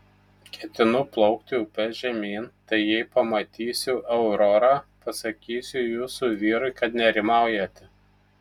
ketinu plaukti upe žemyn tai jei pamatysiu aurorą pasakysiu jūsų vyrui kad nerimaujate